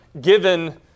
given